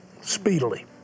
speedily